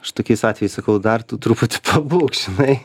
aš tokiais atvejais sakau dar tu truputį pabūk žinai